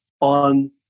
on